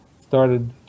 started